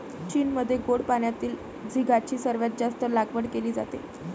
चीनमध्ये गोड पाण्यातील झिगाची सर्वात जास्त लागवड केली जाते